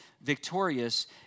Victorious